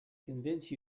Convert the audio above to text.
convince